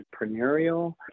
entrepreneurial